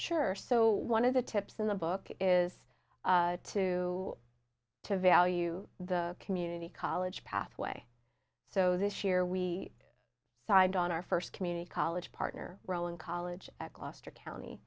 sure so one of the tips in the book is to to value the community college pathway so this year we signed on our first community college partner role in college at gloucester county